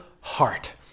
heart